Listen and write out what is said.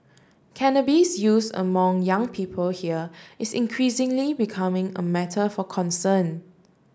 cannabis use among young people here is increasingly becoming a matter for concern